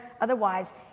Otherwise